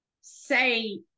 say